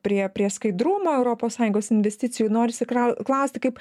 prie prie skaidrumo europos sąjungos investicijų norisi krau klausti kaip